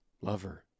Lover